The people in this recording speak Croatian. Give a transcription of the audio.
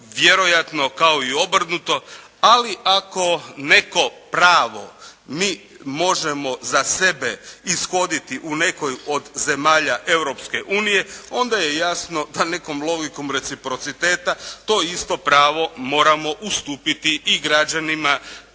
vjerojatno kao i obrnuto. Ali ako netko pravo mi možemo za sebe ishoditi u nekoj od zemalja Europske unije onda je jasno da nekom logikom reciprociteta to isto pravo moramo ustupiti i građanima